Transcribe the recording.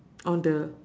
on the